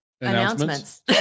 announcements